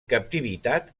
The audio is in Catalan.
captivitat